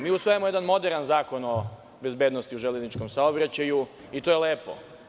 Mi usvajamo jedan moderan zakon o bezbednosti u železničkom saobraćaju i to je lepo.